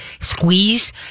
squeeze